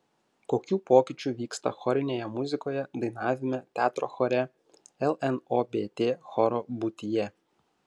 kokių pokyčių vyksta chorinėje muzikoje dainavime teatro chore lnobt choro būtyje